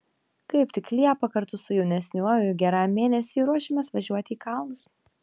kaip tik liepą kartu su jaunesniuoju geram mėnesiui ruošiamės važiuoti į kalnus